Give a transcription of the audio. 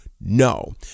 no